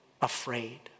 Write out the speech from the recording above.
afraid